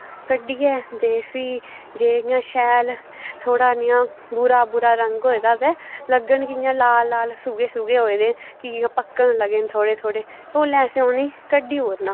कड्डियै ते फ्ही जे इ'यां शैल थोह्ड़ा नेहा भूरी भूरा रंग होऐ दा होऐ लग्गन कि इ'यां लाल लाल सूहे सूहे होऐ दे कि के पक्कन लगे न थोह्ड़े उसलै असैं उने कड्ढी ओड़ना